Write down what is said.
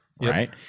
Right